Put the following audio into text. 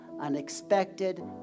unexpected